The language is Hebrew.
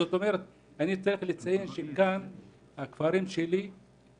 זו מועצה שהיא בפריפריה.